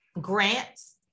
grants